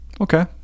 okay